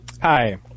Hi